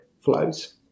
flows